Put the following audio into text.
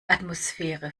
atmosphäre